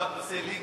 ראשונה שכבודו,